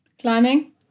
Climbing